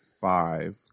five